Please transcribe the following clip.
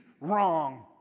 wrong